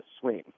swing